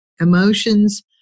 Emotions